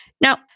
now